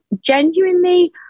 genuinely